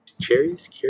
Cherries